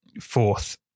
fourth